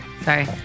Sorry